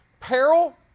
Peril